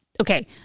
okay